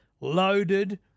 Loaded